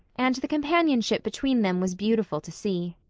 and the companionship between them was beautiful to see.